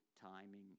timing